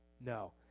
No